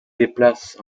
déplace